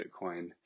Bitcoin